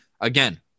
again